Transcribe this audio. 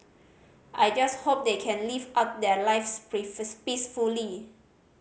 I just hope they can live out their lives peacefully